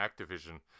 Activision